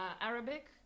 Arabic